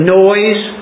noise